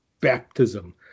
baptism